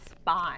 spy